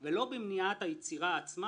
והנה אני מודיע לכם סקופ,